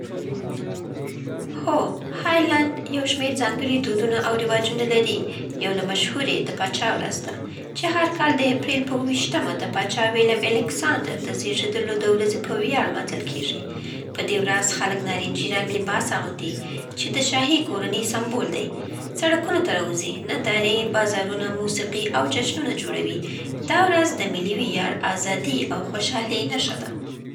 هو، هالند يا نیدرلند یو شمېر ځانګړي دودونه او رواجونه لري. یو له مشهورو یې د پاچا ورځ ده، چې هر کال د اپرېل په اوويشتمه د پاچا ویلم الېکساندر د زیږیدلو د ورځې په ویاړ لمانځل کېږي. په دې ورځ خلک نارنجي رنګ لباس اغوندي چې د شاهي کورنۍ سمبول دی، سړکونو ته راوځي، نندارې، بازارونه، موسیقي او جشنونه جوړوي. دا ورځ د ملي ویاړ، ازادۍ او خوشحالۍ نښه ده.